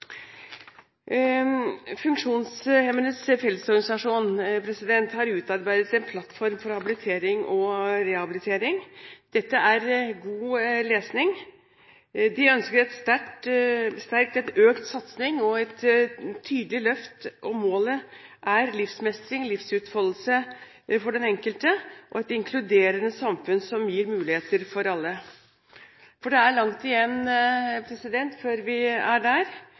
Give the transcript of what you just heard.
Funksjonshemmedes Fellesorganisasjon har utarbeidet en plattform for habilitering og rehabilitering. Dette er god lesning. De ønsker sterkt en økt satsing og et tydelig løft. Målet er livsmestring, livsutfoldelse for den enkelte og et inkluderende samfunn som gir muligheter for alle, for det er langt igjen før vi er der.